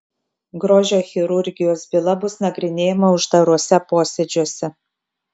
grožio chirurgijos byla bus nagrinėjama uždaruose posėdžiuose